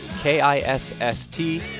K-I-S-S-T